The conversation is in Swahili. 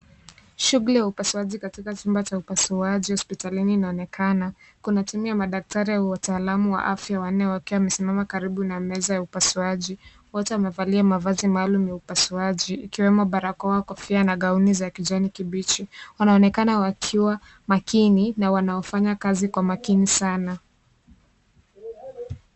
Shughuli ya upasuaji katika chumba cha upasuaji hospitalini inaonekana. kuna timu ya madaktari au wataalamu wa afya wanne wakiwa wamesimama karibu na meza ya upasuaji. Wote wamevalia mavazi maalum ya upasuaji, ikiwemo barakoa, kofia, na gauni za kijani kibichi. Wanaonekana wakiwa makini na wanaofanya kazi kwa makini sana.